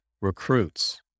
recruits